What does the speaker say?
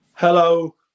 Hello